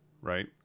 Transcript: right